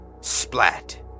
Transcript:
splat